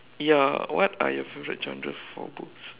ya what are your favourite genres for books